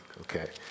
Okay